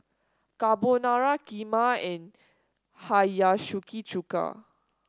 Carbonara Kheema and Hiyashi Chuka